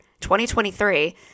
2023